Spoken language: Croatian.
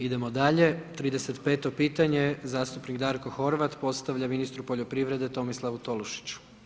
Idemo dalje, 35 pitanje zastupnik Darko Horvat postavlja ministru poljoprvrede Tomislavu Tolušiću.